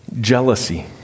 Jealousy